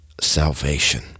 salvation